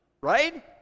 right